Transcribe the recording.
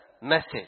message